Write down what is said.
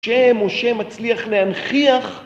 כשמשה מצליח להנכיח